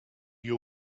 you